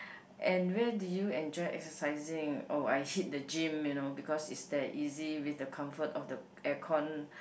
and where did you enjoy exercising oh I hit the gym you know because is that easy with the comfort of the air con